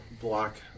block